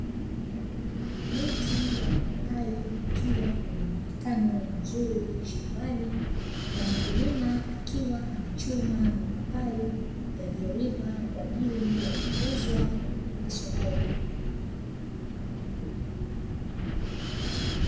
Miti ya mipapai ikiwa na mwonekano mzuri shambani, na mkulima akiwa anachuma mapapai yalio iva vizuri kwaajili ya kuuzwa sokoni.